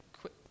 quit